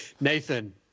Nathan